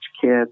kids